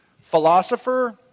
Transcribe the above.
philosopher